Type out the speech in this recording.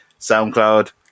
SoundCloud